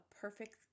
perfect